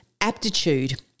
Aptitude